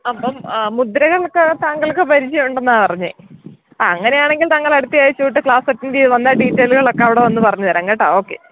അപ്പോള് മുദ്രകളൊക്കെ താങ്കൾക്ക് പരിചയമുണ്ടെന്നാണ് പറഞ്ഞത് അങ്ങനെയാണെങ്കില് താങ്കൾ അടുത്തയാഴ്ച തൊട്ട് വന്ന് ക്ലാസ് അറ്റൻഡ് ചെയ്തുവന്നാൽ ഡീറ്റൈലുകളൊക്കെ അവിടെ വന്ന് പറഞ്ഞുതരാം കേട്ടോ ഓക്കേ